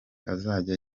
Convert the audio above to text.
azajya